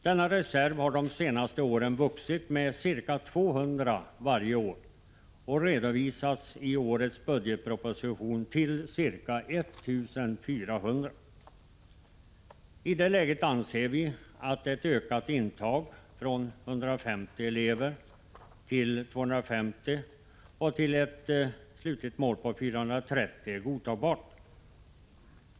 Denna reserv har de senaste åren vuxit med ca 200 varje år och redovisas i årets budgetproposition till ca 1 400. I det läget anser vi att en ökad intagning från 150 elever till 250 och till ett slutligt mål på 430 elever är godtagbar.